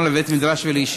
(פטורין) (פטור מארנונה לבית-מדרש ולישיבה),